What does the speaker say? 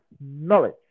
knowledge